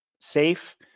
safe